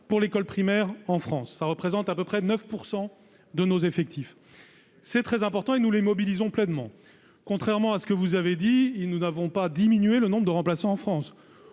pour l'école primaire en France, soit à peu près 9 % de nos effectifs. Nous les mobilisons pleinement. Contrairement à ce que vous avez dit, nous n'avons pas diminué le nombre de remplaçants en France.